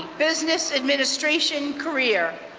business administration career,